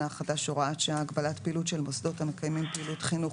החדש (הוראת שעה)(הגבלת פעילות של מוסדות המקיימים פעילות חינוך